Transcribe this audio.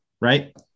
right